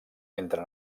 entre